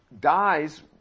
dies